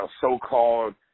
so-called